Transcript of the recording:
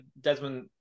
Desmond